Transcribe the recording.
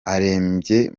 arembeye